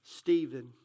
Stephen